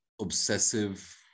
obsessive